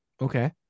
okay